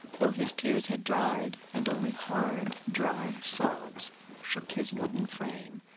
though his tears had dried and only hard, dry sobs shook his wooden frame.